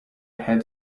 had